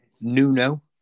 Nuno